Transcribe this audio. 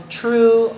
true